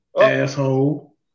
Asshole